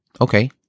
Okay